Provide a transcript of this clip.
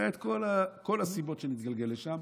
והיו כל הסיבות שנתגלגל לשם,